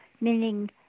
meaning